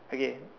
okay